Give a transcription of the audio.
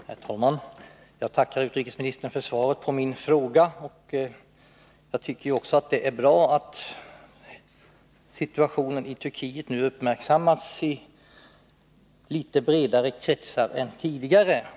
Herr talman! Jag tackar utrikesministern för svaret på min fråga. Också jag tycker att det är bra att situationen i Turkiet nu har uppmärksammats i litet vidare kretsar än tidigare.